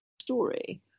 story